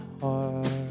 heart